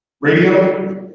radio